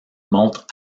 montre